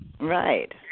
Right